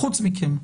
חוץ מכם.